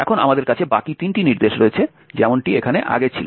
এখন আমাদের কাছে বাকি তিনটি নির্দেশ রয়েছে যেমনটি এখানে আগে ছিল